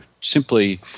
simply